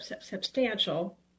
substantial